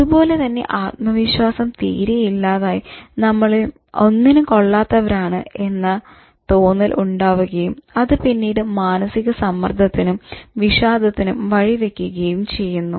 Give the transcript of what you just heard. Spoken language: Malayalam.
അതുപോലെ തന്നെ ആത്മവിശ്വാസം തീരെ ഇല്ലാതായി നമ്മൾ ഒന്നിനും കൊള്ളാത്തവരാണ് എന്ന തോന്നൽ ഉണ്ടാവുകയും അത് പിന്നീട് മാനസിക സമ്മർദത്തിനും വിഷാദത്തിനും വഴി വെക്കുകയും ചെയ്യുന്നു